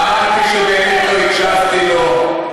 אמרתי שבאמת לא הקשבתי לו.